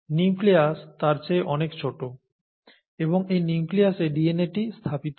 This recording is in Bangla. নিউক্লিয়াস তার চেয়ে অনেক ছোট এবং এই নিউক্লিয়াসে DNAটি স্থাপিত হয়